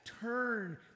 turn